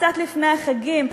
קצת לפני החגים,